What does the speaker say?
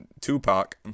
Tupac